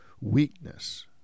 weakness